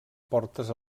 portes